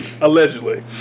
allegedly